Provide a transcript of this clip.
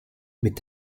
mit